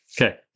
Okay